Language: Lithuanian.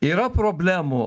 yra problemų